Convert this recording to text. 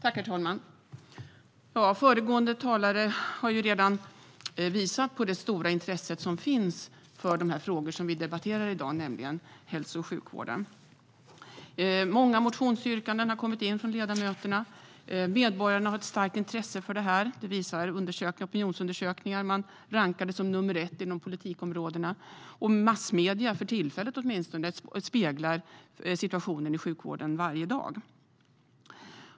Herr talman! Föregående talare har redan visat på det stora intresse som finns för de frågor som vi debatterar i dag, nämligen sådana som rör hälso och sjukvården. Många motionsyrkanden har kommit in från ledamöterna. Opinionsundersökningar visar att medborgarna har ett stort intresse för detta och rankar det som nummer ett bland politikområdena. Massmedierna speglar, åtminstone för tillfället, situationen i sjukvården varje dag.